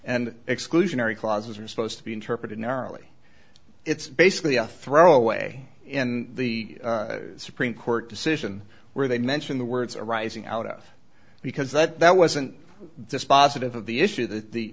and exclusionary clauses are supposed to be interpreted narrowly it's basically a throw away in the supreme court decision where they mention the words arising out of because that that wasn't dispositive of the issue that the